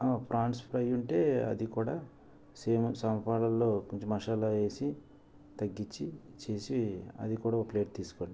ఆ prawns fry ఉంటే అది కూడా సేమ్ సమపాలల్లో కొంచెం మసాలా వేసి తగ్గించి చేసి అది కూడా ప్లేట్ తీసుకోండి